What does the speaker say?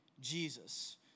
Jesus